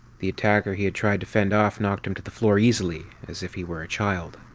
the attacker he had tried to fend off knocked him to the floor easily, as if he were a child.